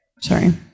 Sorry